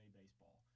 baseball